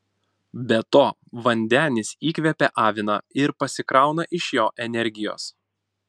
be to vandenis įkvepią aviną ir pasikrauna iš jo energijos